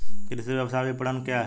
कृषि व्यवसाय विपणन क्या है?